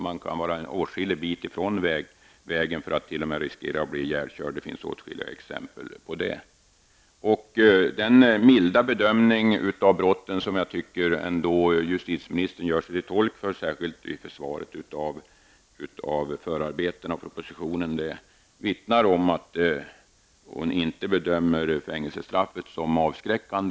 Man kan befinna sig en bra bit från vägen och ändå riskera att t.o.m. bli ihjälkörd; det finns åtskilliga exempel på det. Den milda bedömning av brotten som jag ändå tycker att justitieministern gör sig till tolk för, särskilt vid försvaret av förarbetena och propositionen, vittnar om att hon inte bedömer fängelsestraffet som avskräckande.